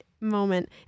moment